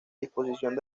disposición